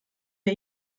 der